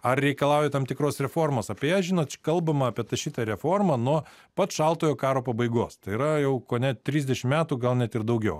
ar reikalauja tam tikros reformos apie ją žinot kalbama apie tą šitą reformą nuo pat šaltojo karo pabaigos tai yra jau kone trisdešim metų gal net ir daugiau